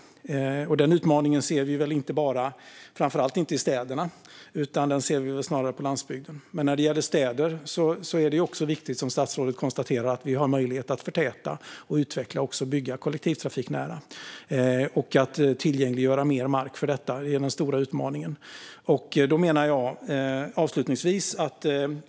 Den utmaningen ser vi inte först och främst i städerna utan snarare på landsbygden. Men när det gäller städer är det också viktigt, som statsrådet konstaterar, att vi har möjlighet att förtäta och utveckla. Att bygga kollektivtrafiknära och tillgängliggöra mer mark för detta är den stora utmaningen.